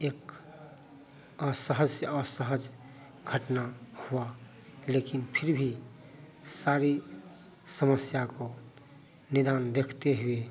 एक असहस्य असहज घटना हुआ लेकिन फ़िर भी सारी समस्या को निदान देखते हुए